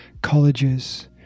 colleges